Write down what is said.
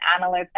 analysts